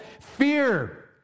fear